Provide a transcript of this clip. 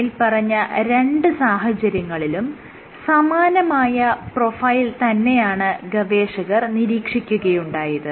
മേല്പറഞ്ഞ രണ്ട് സാഹചര്യങ്ങളിലും സമാനമായ പ്രൊഫൈൽ തന്നെയാണ് ഗവേഷകർ നിരീക്ഷിക്കുകയുണ്ടായത്